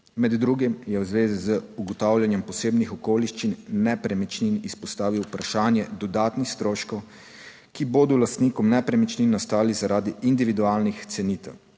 Med drugim je v zvezi z ugotavljanjem posebnih okoliščin nepremičnin izpostavil vprašanje dodatnih stroškov, ki bodo lastnikom nepremičnin nastali zaradi individualnih cenitev.